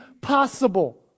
possible